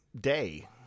day